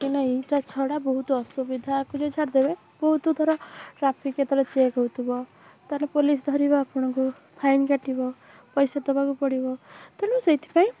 ନାହିଁ ଏଇଟା ଛଡ଼ା ବହୁତ ଅସୁବିଧା ଆକୁ ଯଦି ଛାଡ଼ିଦେବେ ବହୁତ ଥର ଟ୍ରାଫିକ୍ କେତେବେଳେ ଚେକ୍ ହେଉଥିବ ତା'ହେଲେ ପୋଲିସ ଧରିବ ଆପଣଙ୍କୁ ଫାଇନ୍ କାଟିବ ପଇସା ଦେବାକୁ ପଡ଼ିବ ତେଣୁ ସେଇଥିପାଇଁ